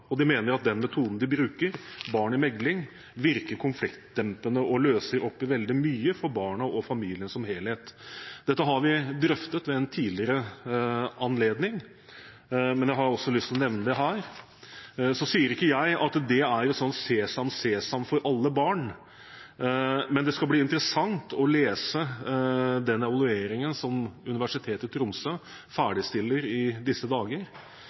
De mener at metoden de bruker, «Barn i mekling», virker konfliktdempende og løser opp veldig mye for barna og for familien som helhet. Dette har vi drøftet ved en tidligere anledning, men jeg har også lyst til å nevne det her. Så sier ikke jeg at dette er et slags sesam, sesam for alle barn, men det skal bli interessant å lese den evalueringen som Universitetet i Tromsø ferdigstiller i disse dager.